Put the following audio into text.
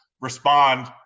respond